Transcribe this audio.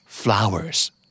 Flowers